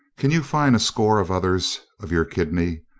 can you find a score of others of your kidney?